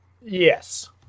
Yes